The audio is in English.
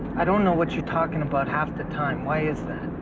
i don't know what you're talking about half the time. why is